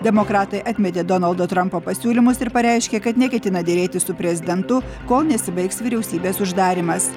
demokratai atmetė donaldo trampo pasiūlymus ir pareiškė kad neketina derėtis su prezidentu kol nesibaigs vyriausybės uždarymas